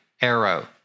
arrow